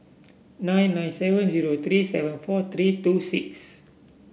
nine nine seven zero three seven four three two six